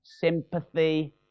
sympathy